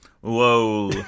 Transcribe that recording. Whoa